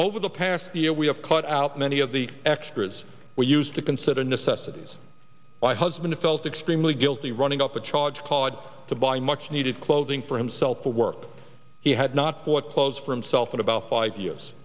over the past year we have cut out many of the extras we used to consider necessities my husband felt extremely guilty running up a charge card to buy much needed clothing for himself to work he had not bought clothes for him self in about five years